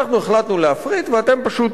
אנחנו החלטנו להפריט, ואתם פשוט